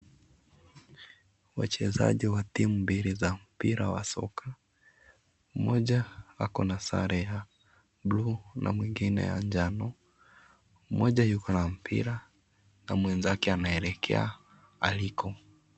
Wachezaji wa timu mbili za mpira soka mmoja ako na sare ya buluu na mwingine ya njano mmoja yuko na mpira na mwenzake anaelekea aliko.